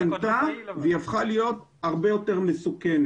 השתנתה והיא הפכה להיות הרבה יותר מסוכנת.